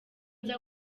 nza